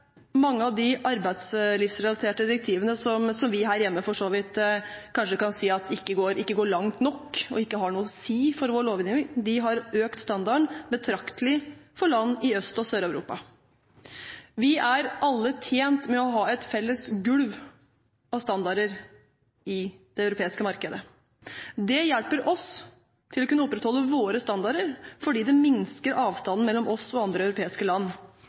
mange av de arbeidslivsrelaterte direktivene vi her hjemme kanskje kan si ikke går langt nok og ikke har noe å si for vår lovgivning, har økt standarden betraktelig for land i Øst- og Sør-Europa. Vi er alle tjent med å ha et felles gulv av standarder i det europeiske markedet. Det hjelper oss til å opprettholde våre standarder fordi det minsker avstanden mellom oss og andre europeiske land.